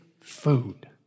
food